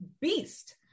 beast